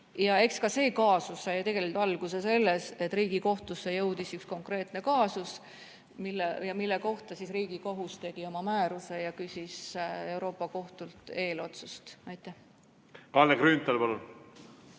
Eks ka see kaasus sai alguse sellest, et Riigikohtusse jõudis üks konkreetne kaasus, mille kohta Riigikohus tegi oma määruse ja küsis Euroopa kohtult eelotsust. Kalle Grünthal, palun!